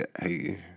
hey